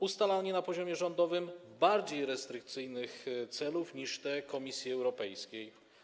Ustalanie na poziomie rządowym bardziej restrykcyjnych celów niż te Komisji Europejskiej.